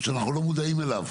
שאנחנו לא מודעים אליו?